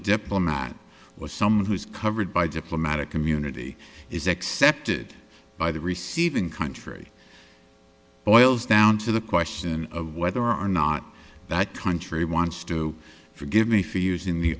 diplomat was someone who's covered by diplomatic community is accepted by the receiving country boils down to the question of whether or not that country wants to forgive me for using the